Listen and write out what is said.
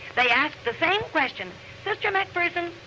they ask the same question sister mcpherson,